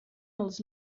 els